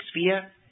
sphere